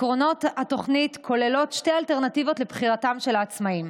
עקרונות התוכנית כוללים שתי אלטרנטיבות לבחירתם של העצמאים: